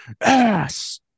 ass